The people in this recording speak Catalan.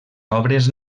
obres